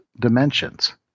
dimensions